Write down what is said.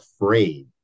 afraid